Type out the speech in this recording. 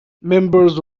members